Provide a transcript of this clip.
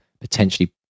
potentially